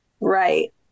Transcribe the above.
Right